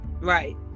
Right